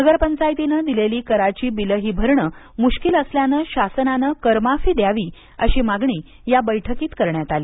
नगरपंचायतीनं दिलेली कराची बिलही भरणे मुश्कील असल्यानं शासनानं करमाफी द्यावी अशी मागणी या बैठकीत करण्यात आली